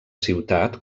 ciutat